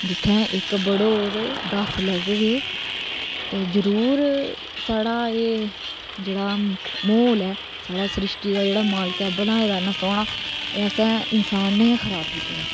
जित्थै इक बढगे ते दस लाह्गे ते जरुर साढ़ा एह् जेहड़ा माहोल ऐ साढ़ा सरिश्ट्री दा जेहड़ा माहोल ऐ बनाऐ दा इना सोहना ऐ असें इंसान ने गै खराब कीते दा